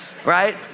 Right